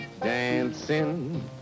Dancing